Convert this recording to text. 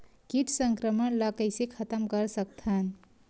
कीट संक्रमण ला कइसे खतम कर सकथन?